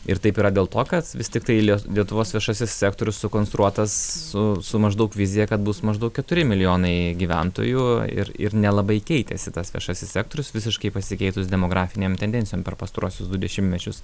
ir taip yra dėl to kad vis tiktai lie lietuvos viešasis sektorius sukonstruotas su su maždaug vizija kad bus maždaug keturi milijonai gyventojų ir ir nelabai keitėsi tas viešasis sektorius visiškai pasikeitus demografinėm tendencijom per pastaruosius du dešimtmečius